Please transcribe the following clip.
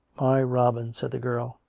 my rol in, said the girl,